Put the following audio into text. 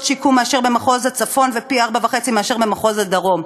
שיקום מאשר במחוז הצפון ופי-4.5 מאשר במחוז הדרום.